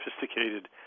sophisticated